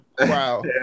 Wow